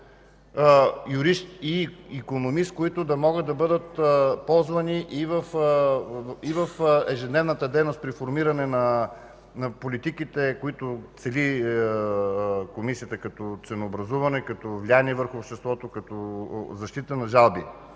и икономист, които да могат да бъдат ползвани и в ежедневната дейност при формиране на политиките, които цели Комисията като ценообразуване, като влияние върху обществото, като защита на жалби.